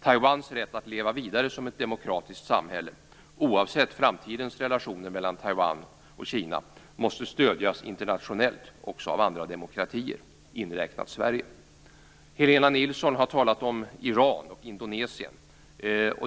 Taiwans rätt att leva vidare som ett demokratiskt samhälle, oavsett framtida relationer mellan Taiwan och Kina, måste stödjas internationellt också av andra demokratier, inräknat Sverige. Helena Nilsson har talat om Iran och Indonesien.